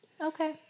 Okay